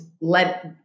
let